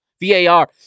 VAR